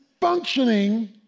functioning